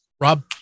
Rob